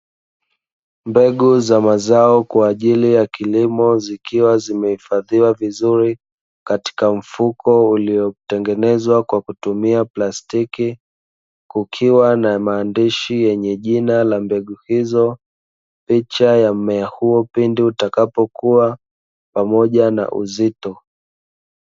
Mbegu za mazao kwaajili ya kilimo zikiwa zimehifadhiwa vizuri katika mfuko uliotengenezwa kwa kutumia plastiki, kukiwa na maandishi yenye jina ya mbegu hizo, picha ya mmea huo pindi utakapo kuwa pamoja na uzito.